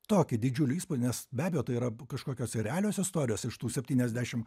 tokį didžiulį įspūdį nes be abejo tai yra kažkokios realios istorijos iš tų septyniasdešimt